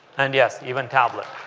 and, yes, even tablet.